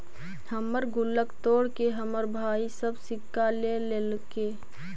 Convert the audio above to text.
हमर गुल्लक तोड़के हमर भाई सब सिक्का ले लेलके